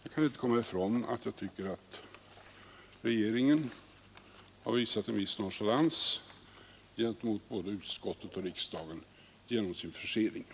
Jag kan inte komma ifrån att jag tycker att regeringen genom denna försening har visat en viss nonchalans gentemot både utskottet och riksdagen i dess helhet.